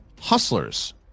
Hustlers